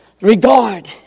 Regard